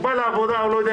בעבודה או לא.